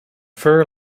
ferry